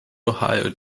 ohio